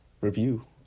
review